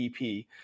EP